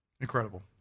Incredible